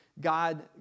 God